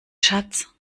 schatz